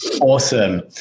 awesome